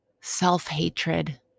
self-hatred